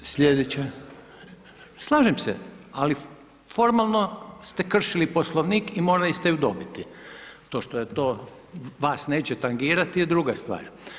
Slijedeća …… [[Upadica Maras, ne čuje se.]] Slažem se, ali formalno ste kršili Poslovnik i morali ste ju dobiti, to što to vas neće tangirati je druga stvar.